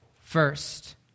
First